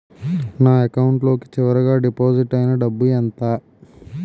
నా అకౌంట్ లో చివరిగా డిపాజిట్ ఐనా డబ్బు ఎంత?